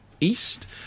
east